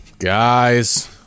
Guys